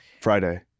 Friday